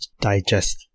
digest